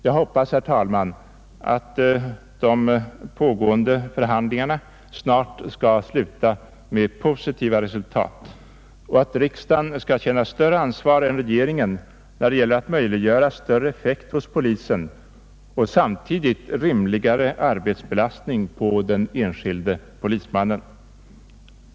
Jag hoppas, herr talman, att det skall bli möjligt att snart nå positiva resultat i de pågående förhandlingarna och att riksdagen skall känna större ansvar än regeringen när det gäller att möjliggöra större effekt hos polisen och samtidigt rimligare arbetsbelastning på den enskilde polismannen.